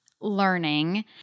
learning